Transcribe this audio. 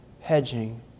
hedging